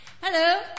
Hello